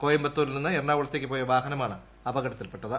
കോയമ്പത്തൂരിൽ നിന്ന് എറണാകുളത്തേക്ക് പോയ വാഹനമാണ് അപകടത്തിൽപ്പെട്ടത്